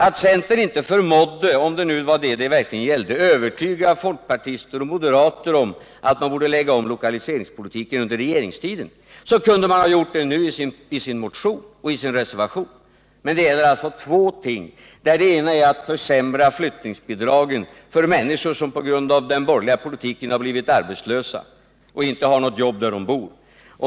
Om centern inte förmådde — om det nu var detta som gällde — övertyga folkpartister och moderater att man borde lägga om lokaliseringspolitiken under regeringstiden, så kunde man ha gjort det nu i sin motion och i sin reservation. Men där tar man bara upp två ting, varav det ena är att försämra flyttningsbidragen för människor som på grund av den borgerliga politiken blivit arbetslösa och inte har något jobb där de bor.